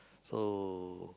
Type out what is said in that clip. so